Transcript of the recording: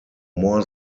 more